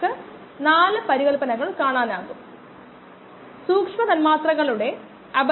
ഇത് വീണ്ടും ഒരു പ്ലോട്ട് ആണ് ശതമാന പ്രാപ്യമായ കോശങ്ങളുടെ ഏകാഗ്രത 100 10 1 0